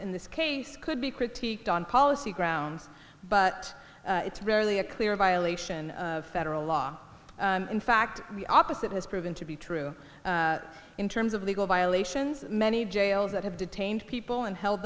in this case could be critiqued on policy grounds but it's rarely a clear violation of federal law in fact the opposite has proven to be true in terms of legal violations many jails that have detained people and held